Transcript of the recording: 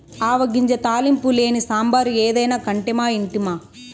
ఆవ గింజ తాలింపు లేని సాంబారు ఏదైనా కంటిమా ఇంటిమా